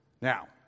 Now